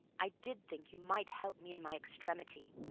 i did think you might help me in my extremity,